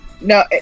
No